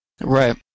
Right